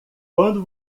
quando